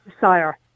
Sire